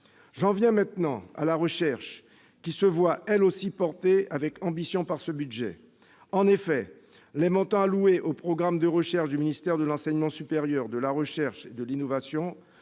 J'en viens maintenant à la recherche, qui se voit, elle aussi, portée avec ambition par ce budget. En effet, les montants alloués aux programmes de recherche du ministère de l'enseignement supérieur, de la recherche et de l'innovation